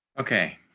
okay,